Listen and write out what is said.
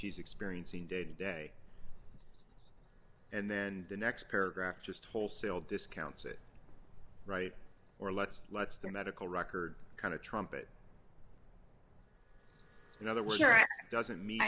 she's experiencing day to day and then the next paragraph just wholesale discounts it right or let's let's the medical record kind of trump it in other words doesn't mean